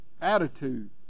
attitude